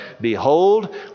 Behold